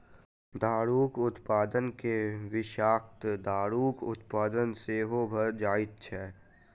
दारूक उत्पादन मे विषाक्त दारूक उत्पादन सेहो भ जाइत छै